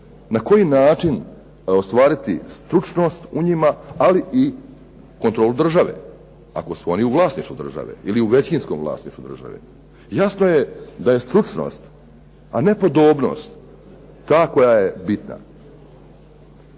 na koji način ostvariti stručnost u njima ali i kontrolu države ako su oni u vlasništvu države ili u većinskom vlasništvu države. Jasno je da je stručnost a ne podobnost ta koja je bitna.